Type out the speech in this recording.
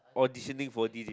auditioning for d_j